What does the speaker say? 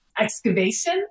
excavation